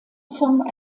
song